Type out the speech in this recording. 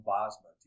Bosma